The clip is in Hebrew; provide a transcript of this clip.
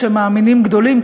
שהם מאמינים גדולים,